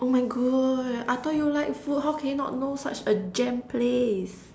oh my God I thought you like food how can you not know such a gem place